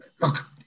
look